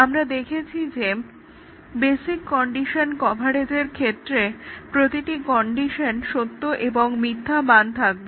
আমরা দেখেছি যে বেসিক কন্ডিশন কভারেজের ক্ষেত্রে প্রতিটি কন্ডিশনের সত্য এবং মিথ্যা মান থাকবে